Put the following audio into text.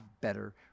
better